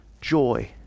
joy